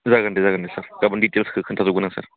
जागोन दे जागोन दे सार गाबोन डिटेल्सखौ खोन्थाजोबगोन आं सार